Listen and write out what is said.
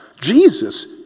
Jesus